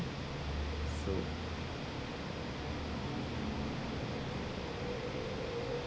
so